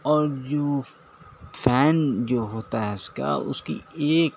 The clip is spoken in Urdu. اور جو فین جو ہوتا ہے اس کا اس کی ایک